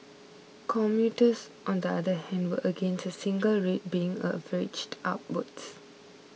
commuters on the other hand were against a single rate being averaged upwards